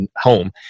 home